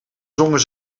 zongen